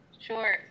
Sure